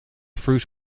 fruit